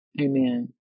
Amen